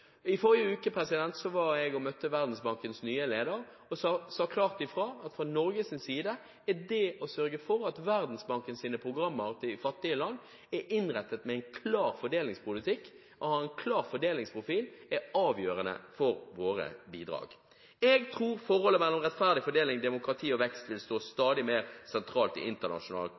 I forrige uke møtte jeg Verdensbankens nye leder og sa klart ifra at fra Norges side er det å sørge for at Verdensbankens programmer i fattige land er innrettet med en klar fordelingspolitikk, å ha en klar fordelingsprofil, er avgjørende for våre bidrag. Jeg tror forholdet mellom rettferdig fordeling, demokrati og vekst vil stå stadig mer sentralt i